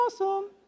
awesome